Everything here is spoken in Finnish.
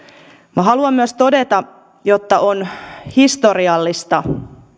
minä haluan myös todeta että on historiallista